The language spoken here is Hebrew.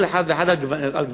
כל אחד ואחד על גווניו,